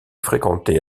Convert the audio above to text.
fréquenté